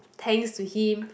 thanks to him